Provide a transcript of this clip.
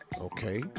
Okay